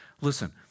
Listen